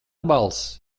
balss